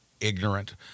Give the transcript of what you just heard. ignorant